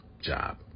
job